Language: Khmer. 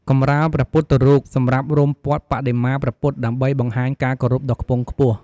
កម្រាលព្រះពុទ្ធរូប សម្រាប់រុំព័ទ្ធបដិមាព្រះពុទ្ធ ដើម្បីបង្ហាញការគោរពដ៏ខ្ពង់ខ្ពស់។